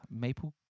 maple